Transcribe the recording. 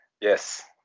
Yes